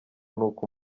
n’uko